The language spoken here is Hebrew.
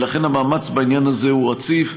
ולכן המאמץ בעניין הזה הוא רציף.